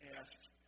asked